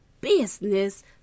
business